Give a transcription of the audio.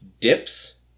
dips